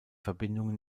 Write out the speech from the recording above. verbindungen